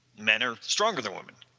men are stronger than women,